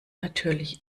natürlich